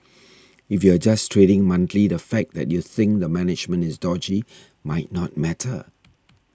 if you're just trading monthly the fact that you think the management is dodgy might not matter